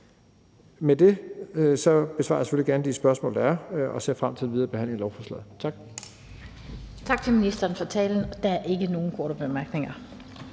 besvarer selvfølgelig gerne de spørgsmål, der er, og ser frem til den videre behandling af lovforslaget. Tak.